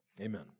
Amen